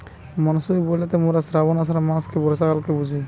monsoon বইলতে মোরা শ্রাবন, আষাঢ় মাস নিয়ে বর্ষাকালকে বুঝি